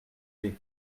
bey